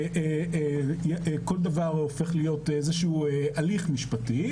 כל דבר הופך להיות איזשהו הליך משפטי,